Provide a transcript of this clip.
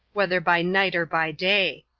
whether by night or by day.